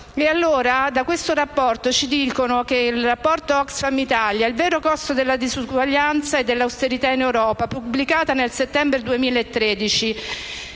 che lavorano le donne. Il rapporto Oxfam Italia, «Il vero costo della disuguaglianza e dell'austerità in Europa», pubblicato nel settembre 2013,